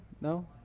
No